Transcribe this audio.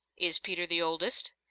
is peter the oldest?